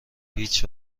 هیچ